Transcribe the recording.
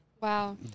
Wow